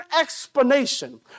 explanation